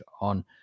on